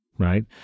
Right